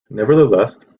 nevertheless